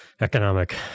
economic